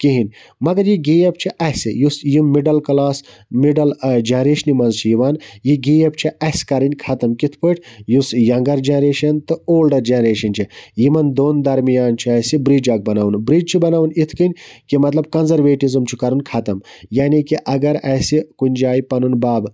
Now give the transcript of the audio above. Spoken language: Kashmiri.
کِہیٖنۍ مگر یہِ گیپ چھِ اَسہِ یُس یہِ مِڈَل کَلاس مِڈَل جَنریشنہِ مَنٛز چھِ یِوان یہِ گیپ چھِ اَسہِ کَرٕنۍ ختم کِتھ پٲٹھۍ یُس یَنٛگر جَنریشنتہٕ اولڈَر جَنریشَن چھِ یِمَن دۄن درمیال چھِ اَسہِ برج اکھ بَناوُن برج چھُ بَناوُن اِتھ کٔنۍ کہِ مَطلَب کَنزَرویٹِوِزِم چھُ کَرُن ختم یعنے کہِ اگر اَسہِ کُنہِ جایہِ پَنُن بب